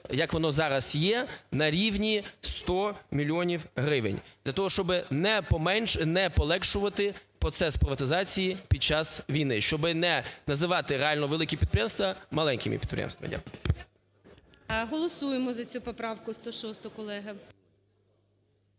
як воно зараз є, на рівні 100 мільйонів гривень, для того щоб не полегшувати процес приватизації під час війни, щоби не називати реально великі підприємства маленькими підприємствами. Дякую. ГОЛОВУЮЧИЙ. Голосуємо за цю поправку 106, колеги.